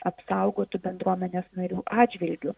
apsaugotų bendruomenės narių atžvilgiu